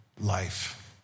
life